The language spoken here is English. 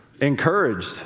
encouraged